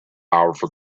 powerful